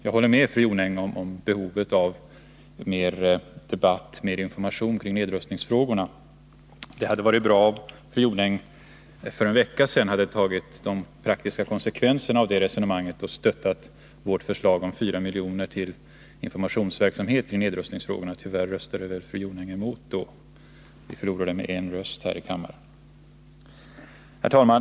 Jag håller med fru Jonäng om behovet av mer debatt och mer information kring nedrustningsfrågorna. Det hade varit bra om fru Jonäng för en vecka sedan hade tagit de praktiska konsekvenserna av det resonemanget och stöttat vårt förslag om 4 milj.kr. till informationsverksamhet i nedrustningsfrågorna. Tyvärr röstade fru Jonäng mot det, och vi förlorade med en röst här i kammaren. Herr talman!